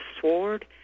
sword